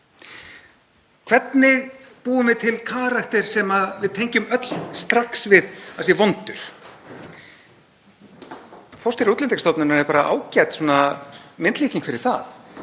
Hvernig búum við til karakter sem við tengjum öll strax við að sé vondur? Forstjóri Útlendingastofnunar er bara ágæt myndlíking fyrir það